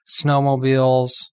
snowmobiles